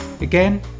Again